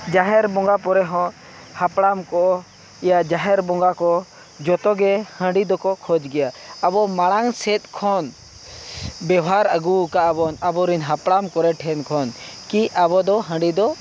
ᱡᱟᱦᱮᱨ ᱵᱚᱸᱜᱟ ᱯᱚᱨᱮᱦᱚᱸ ᱦᱟᱯᱲᱟᱢ ᱠᱚ ᱤᱭᱟᱹ ᱡᱟᱦᱮᱨ ᱵᱚᱸᱜᱟ ᱠᱚ ᱡᱚᱛᱚᱜᱮ ᱦᱟᱺᱰᱤ ᱫᱚᱠᱚ ᱠᱷᱚᱡᱽ ᱜᱮᱭᱟ ᱟᱵᱚ ᱢᱟᱲᱟᱝᱥᱮᱫ ᱠᱷᱚᱱ ᱵᱮᱵᱷᱟᱨ ᱟᱹᱜᱩᱣᱠᱟᱜ ᱟᱵᱚᱱ ᱟᱵᱚᱨᱤᱱ ᱦᱟᱯᱲᱟᱢ ᱠᱚᱨᱮ ᱴᱷᱮᱱ ᱠᱷᱚᱱ ᱠᱤ ᱟᱵᱚ ᱫᱚ ᱦᱟᱺᱰᱤ ᱫᱚ